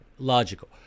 Logical